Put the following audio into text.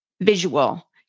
visual